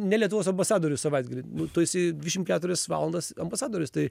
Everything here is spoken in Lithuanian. ne lietuvos ambasadorius savaitgalį nu tu esi dvidešim keturias valandas ambasadorius tai